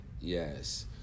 Yes